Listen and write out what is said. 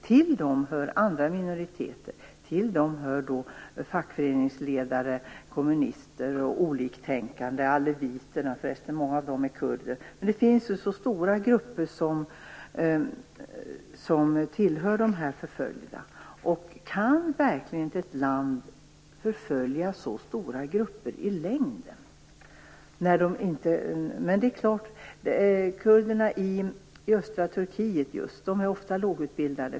Till det skall läggas andra minoriteter, fackföreningsledare, kommunister och oliktänkande, t.ex. alebiterna av vilka många är kurder. Det finns stora grupper som tillhör de förföljda. Kan verkligen ett land förfölja så stora grupper i längden? Men det är klart, kurderna i just östra Turkiet är ofta lågutbildade.